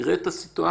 יראה את הסיטואציה,